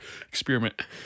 experiment